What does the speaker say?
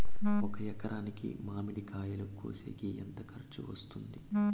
ఒక ఎకరాకి మామిడి కాయలు కోసేకి ఎంత ఖర్చు వస్తుంది?